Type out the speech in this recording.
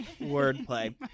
wordplay